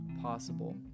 possible